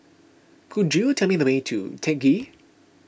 could you tell me the way to Teck Ghee